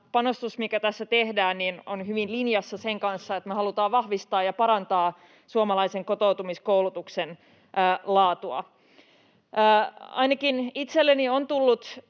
panostus, mikä tässä tehdään, on hyvin linjassa sen kanssa, että me halutaan vahvistaa ja parantaa suomalaisen kotoutumiskoulutuksen laatua. Ainakin itselleni on tullut